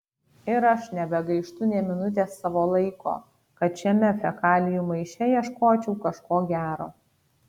ir aš nebegaištu nė minutės savo laiko kad šiame fekalijų maiše ieškočiau kažko gero